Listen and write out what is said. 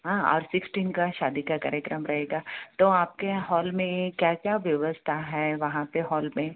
हाँ और सिक्सटीन का शादी का कार्यक्रम रहेगा तो आप के हॉल में क्या क्या व्यवस्था है वहाँ पर हॉल में